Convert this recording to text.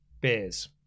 beers